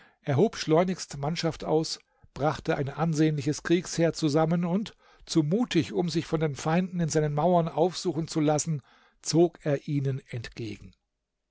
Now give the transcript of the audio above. hob schleunigst mannschaft aus brachte ein ansehnliches kriegsheer zusammen und zu mutig um sich von den feinden in seinen mauern aufsuchen zu lassen zog er ihnen entgegen